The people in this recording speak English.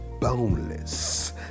boneless